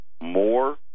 more